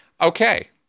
Okay